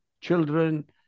children